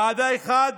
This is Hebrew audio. ועדה אחת